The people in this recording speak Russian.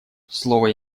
слово